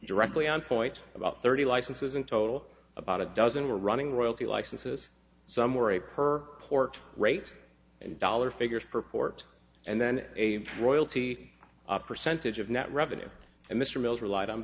directly on point about thirty licenses in total about a dozen were running royalty licenses some were a per port rate and dollar figures purport and then a royalty percentage of net revenue and mr mills relied on